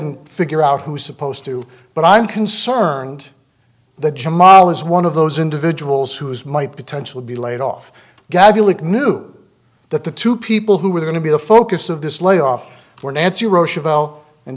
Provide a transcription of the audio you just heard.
and figure out who is supposed to but i'm concerned the jamal is one of those individuals who is might potentially be laid off gabby like knew that the two people who were going to be the focus of this layoff were nancy rochelle and